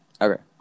Okay